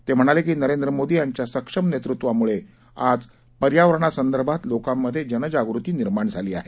ते म्हणाले की नरेंद्र मोदी यांच्या सक्षम नेतृत्वामुळे आज पर्यावरणा संदर्भात लोकांमधे जनजागृती निर्माण झाली आहे